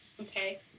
Okay